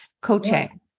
coaching